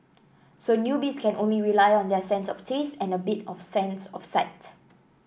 so newbies can only rely on their sense of taste and a bit of sense of sight